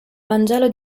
vangelo